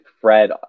Fred